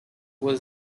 was